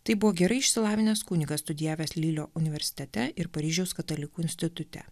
tai buvo gerai išsilavinęs kunigas studijavęs lilio universitete ir paryžiaus katalikų institute